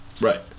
Right